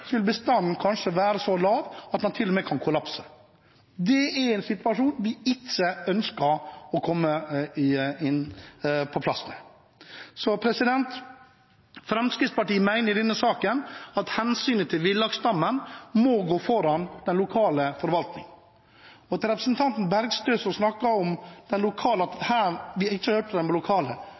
bestanden kanskje være så liten at den til og med kan kollapse. Det er en situasjon vi ikke ønsker å komme i. Fremskrittspartiet mener i denne saken at hensynet til villaksstammen må gå foran den lokale forvaltningen. Til representanten Bergstø, som snakket om at vi ikke har hørt på den lokale